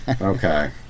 Okay